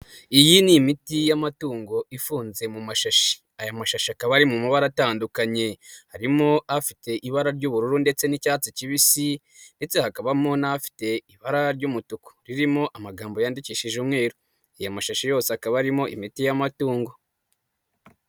Iyi ni imiti y'amatungo ifunze mu mashashi. Aya mashashi akaba ari mu mabara atandukanye. Harimo afite ibara ry'ubururu ndetse n'icyatsi kibisi ndetse hakabamo n'afite ibara ry'umutuku ririmo amagambo yandikishije umweru. Aya mashashi yose akaba arimo imiti y'amatungo.